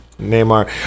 Neymar